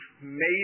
made